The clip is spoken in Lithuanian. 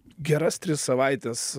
geras tris savaites